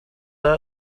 that